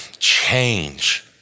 change